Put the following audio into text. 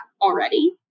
already